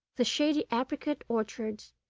the shady apricot orchards,